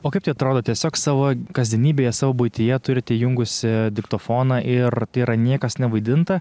o kaip tai atrodo tiesiog savo kasdienybėje savo buityje turit įjungusi diktofoną ir tai yra niekas nevaidinta